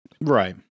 Right